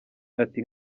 ati